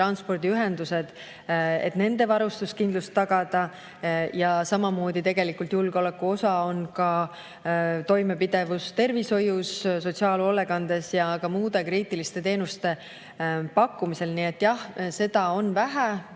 transpordiühendused –, et nende varustuskindlus tagada. Samamoodi on tegelikult julgeoleku osa ka toimepidevus tervishoius, sotsiaalhoolekandes ja ka muude kriitiliste teenuste pakkumisel. Nii et jah, seda [raha]